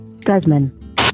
Guzman